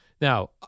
Now